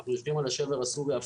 שאנחנו יושבים על השבר הסורי-אפריקאי,